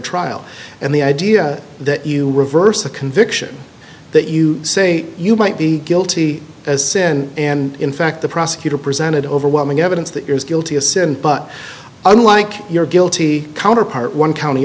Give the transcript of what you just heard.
trial and the idea that you reverse a conviction that you say you might be guilty as sin and in fact the prosecutor presented overwhelming evidence that you're as guilty as sin but unlike your guilty counterpart one county